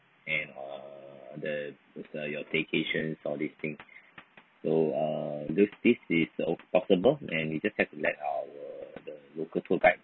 and uh the your staycation all these thing so uh this is possible and you just have to let our local tour guide